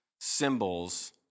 symbols